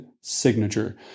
signature